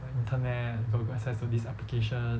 to internet good access to these applications